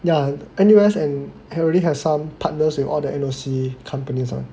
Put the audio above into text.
ya N_U_S and already have some partners with all the N_O_C companies [one]